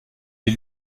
les